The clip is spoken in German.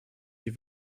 die